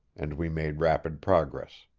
and we made rapid progress.